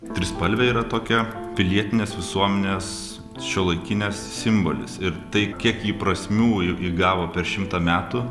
trispalvė yra tokia pilietinės visuomenės šiuolaikinės simbolis ir tai kiek ji prasmių į įgavo per šimtą metų